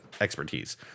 expertise